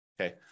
Okay